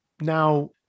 now